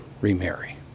remarry